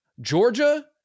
Georgia